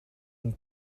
een